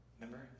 Remember